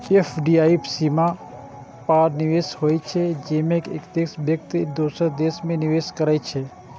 FDI सीमा पार निवेश होइ छै, जेमे एक देशक व्यक्ति दोसर देश मे निवेश करै छै